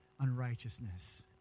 unrighteousness